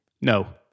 No